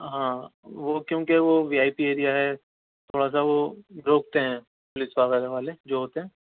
ہاں وہ کیونکہ وہ وی آئی پی ایریا ہے تھوڑا سا وہ روکتے ہیں پولیس والے جو ہوتے ہیں